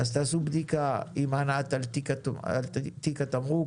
אז תעשו בדיקה עם ענת על תיק התמרוק,